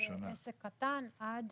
שקלים ועסק קטן עד